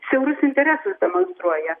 siaurus interesus demonstruoja